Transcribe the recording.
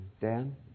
Dan